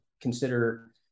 consider